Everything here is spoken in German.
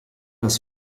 das